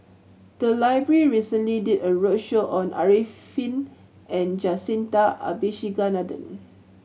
the library recently did a roadshow on Arifin and Jacintha Abisheganaden